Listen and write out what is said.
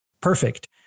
perfect